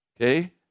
Okay